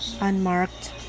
unmarked